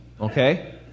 Okay